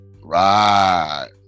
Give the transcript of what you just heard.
right